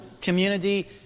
community